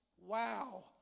wow